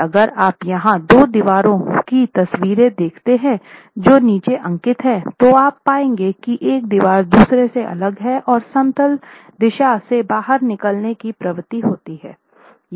और अगर आप यहाँ दो दीवारों की तसवीरें देखते हैं जो नीचे अंकित हैं तो आप पाएंगे की एक दीवार दूसरे से अलग है और समतल दिशा से बाहर निकलने की प्रवृत्ति होती है